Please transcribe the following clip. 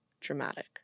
dramatic